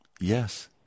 Yes